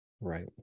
right